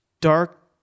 dark